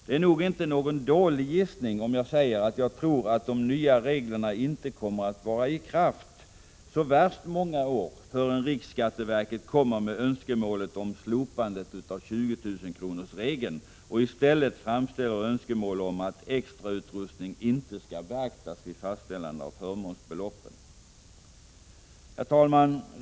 Det är nog inte någon dålig gissning om jag säger att jag tror att de nya reglerna inte kommer att vara i kraft så värst många år förrän riksskatteverket kommer med önskemålet om slopandet av 20 000-kronorsregeln och i stället framställer önskemål om att extrautrustning inte skall beaktas vid fastställandet av förmånsbeloppen. Herr talman!